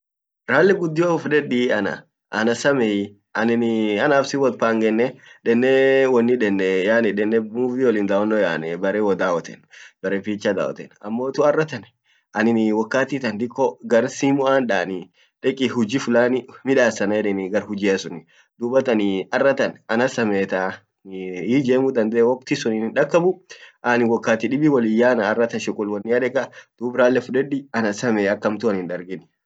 ralle guddio fudeddiii ana anasamei anin ee anaf sit wot pangenne denee denee wonni deneemovie wolin dawonno yaane bare wodawwoten bare picha dawwoten ammotu arratan anin wakati tan garra simu ant danii